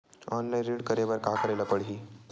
Online ऋण करे बर का करे ल पड़हि?